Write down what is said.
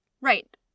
Right